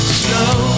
slow